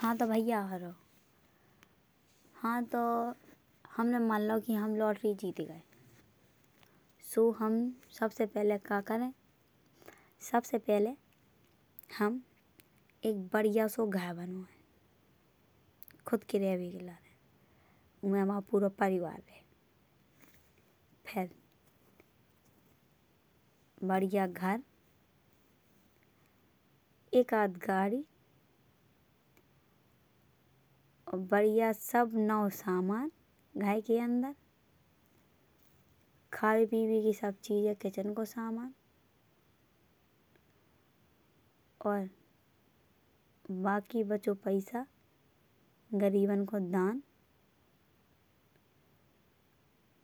हाँ तो भाईयों हाँ तो हमने मान लओ कि हम लाटरी जीत गइ। सो हम सबसे पहिले का करे सबसे पहिले। हम एक बढ़िया सो घर बनवाए खुद के रहबे के लाने। उमे हमाओ पूरा परिवार रह फिर बढ़िया घर एक आड़ गाड़ी। अउर बढ़िया सब नयो समान घर के अंदर। खाबे पीबे की सब चीजे किचन को समान अउर बाकी बचो। पैसा गरीबन को दान